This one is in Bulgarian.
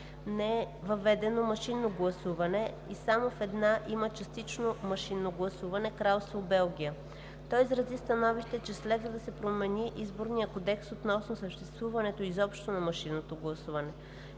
не е въведено машинно гласуване и само в една има въведено частично машинно гласуване – Кралство Белгия. Той изрази становище, че следва да се промени Изборният кодекс относно съществуването изобщо на машинно гласуване.